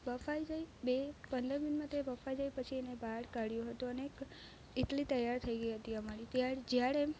બફાઈ જાય બે પંદર મિનિટમાં તે બફાઈ જાય પછી એને બહાર કાઢ્યું હતું અને એક ઇટલી તૈયાર થઈ ગઈ હતી અમારી જ્યારે